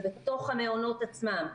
זה בתוך המעונות עצמם.